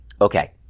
Okay